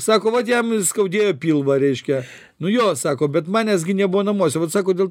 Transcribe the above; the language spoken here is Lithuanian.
sako vat jam skaudėjo pilvą reiškia nu jo sako bet manęs gi nebuvo namuose vat sako dėl